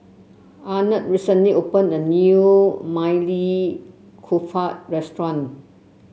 Arnett recently opened a new Maili Kofta Restaurant